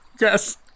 Yes